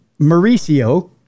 Mauricio